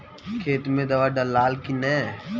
खेत मे दावा दालाल कि न?